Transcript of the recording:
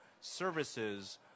services